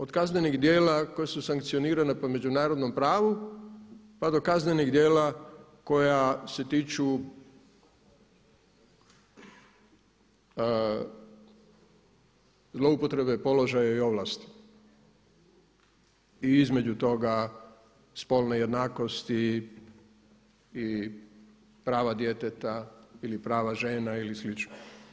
Od kaznenih djela koja su sankcionirana po međunarodnom pravu pa do kaznenih djela koja se tiču zloupotrebe položaja i ovlasti i između toga spolne jednakosti i prava djeteta ili prava žena ili slično.